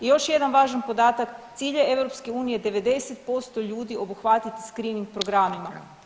I još jedan važan podatak, cilj je EU 90% ljudi obuhvatiti screening programima.